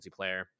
multiplayer